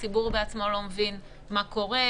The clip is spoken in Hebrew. הציבור בעצמו לא מבין מה קורה,